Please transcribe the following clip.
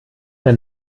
mehr